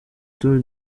tour